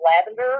lavender